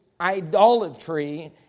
idolatry